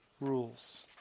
rules